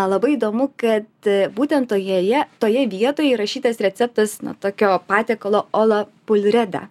labai įdomu kad būtent tojoje toje vietoje įrašytas receptas na tokio patiekalo ola pulreda